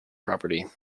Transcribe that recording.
property